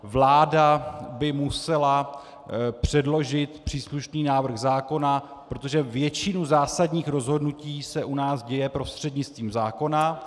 Vláda by musela předložit příslušný návrh zákona, protože většina zásadních rozhodnutí se u nás děje prostřednictvím zákona.